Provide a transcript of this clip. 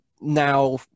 now